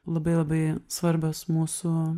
labai labai svarbios mūsų